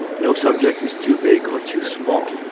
no subject is too big or too small.